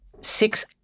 six